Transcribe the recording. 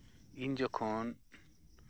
ᱤᱧ ᱡᱚᱠᱷᱚᱱ